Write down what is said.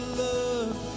love